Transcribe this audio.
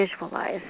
visualize